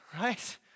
right